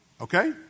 Okay